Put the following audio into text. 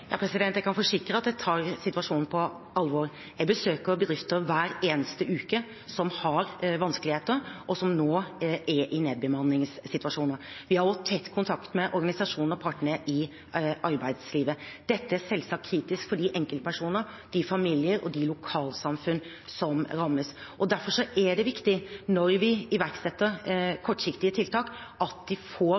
Jeg kan forsikre om at jeg tar situasjonen på alvor. Jeg besøker bedrifter hver eneste uke som har vanskeligheter, og som nå er i nedbemanningssituasjoner. Vi har også tett kontakt med organisasjoner og partene i arbeidslivet. Dette er selvsagt kritisk for de enkeltpersoner, familier og lokalsamfunn som rammes, og derfor er det viktig når vi iverksetter kortsiktige tiltak, at de får